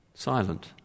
Silent